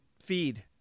feed